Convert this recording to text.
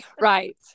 right